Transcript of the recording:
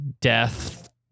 death